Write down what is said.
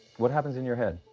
what happens in your head?